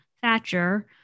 Thatcher